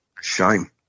Shame